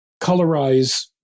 colorize